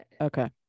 okay